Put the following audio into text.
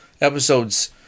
episode's